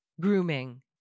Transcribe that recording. grooming